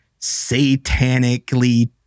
satanically